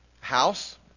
House